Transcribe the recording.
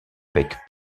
avec